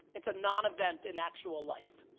it's a non event in actual life.